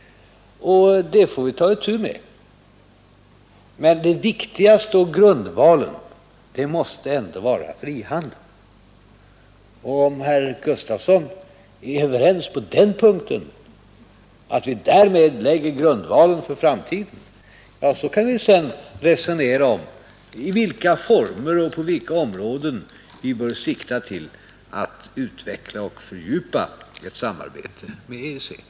Det får vi ta itu med. Men det viktigaste och grundvalen måste ändå vara frihandeln. Om herr Gustafson är överens med oss om att vi därmed lägger grundvalen för framtiden kan vi sedan resonera om i vilka former och på vilka områden vi bör sikta till att utveckla och fördjupa ett samarbete med EEC.